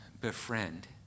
befriend